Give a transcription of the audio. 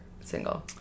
single